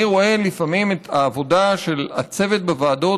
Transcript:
אני רואה לפעמים את העבודה של הצוות בוועדות